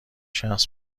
شخص